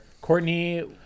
Courtney